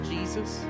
Jesus